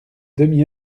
demi